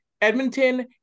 Edmonton